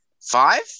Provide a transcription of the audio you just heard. Five